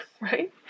Right